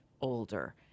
older